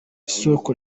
isoko